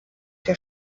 der